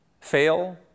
fail